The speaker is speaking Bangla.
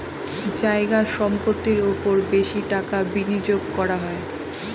জায়গা সম্পত্তির ওপর বেশি টাকা বিনিয়োগ করা হয়